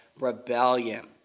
rebellion